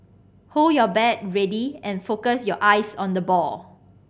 hold your bat ready and focus your eyes on the ball